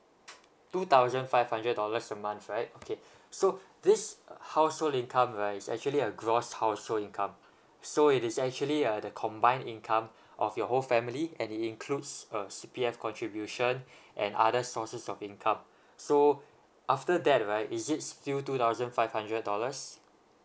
two thousand five hundred dollars a month right okay so this household income right is actually a gross household income so it is actually uh the combined income of your whole family and it includes uh C_P_F contribution and other sources of income so after that right is it still two thousand five hundred dollars